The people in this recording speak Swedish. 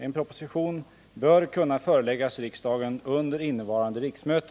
En proposition bör kunna föreläggas riksdagen under innevarande riksmöte.